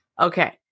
Okay